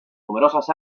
numerosas